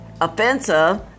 offensive